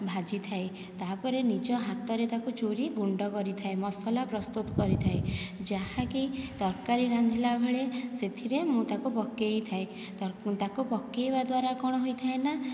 ଭାଜିଥାଏ ତାପରେ ନିଜ ହାତରେ ତାକୁ ଚୁରି ଗୁଣ୍ଡ କରିଥାଏ ମସଲା ପ୍ରସ୍ତୁତ କରିଥାଏ ଯାହାକି ତରକାରୀ ରାନ୍ଧିଲା ବେଳେ ସେଥିରେ ମୁଁ ତାକୁ ପକାଇଥାଏ ତାକୁ ପକାଇବା ଦ୍ୱାରା କଣ ହୋଇଥାଏ ନା